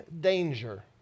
danger